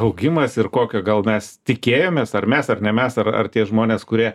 augimas ir kokio gal mes tikėjomės ar mes ar ne mes ar ar tie žmonės kurie